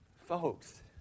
Folks